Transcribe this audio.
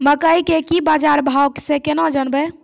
मकई के की बाजार भाव से केना जानवे?